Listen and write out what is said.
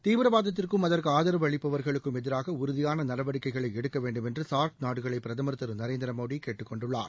தீவிரவாதத்திற்கும் அதற்கு ஆதரவு அளிப்பவர்களுக்கும் எதிராக உறுதியான நடவடிக்கைகளை எடுக்க வேண்டும்என்று சார்க் நாடுகளை பிரதமர் திரு நரேந்திர மோடி கேட்டுக்கொண்டுள்ளார்